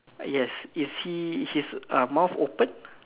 yes is he his uh mouth open